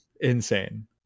Insane